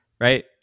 right